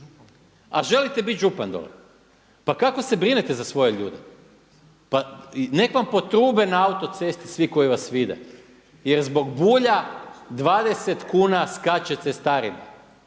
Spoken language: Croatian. a želite biti župan dole. Pa kako se brinete za svoje ljude? Pa nek vam potrube na autocesti svi koji vas vide jer zbog Bulja 20 kuna skače cestarina.